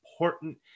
important